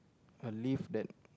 a leaf that